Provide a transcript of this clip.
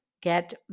get